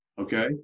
Okay